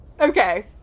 okay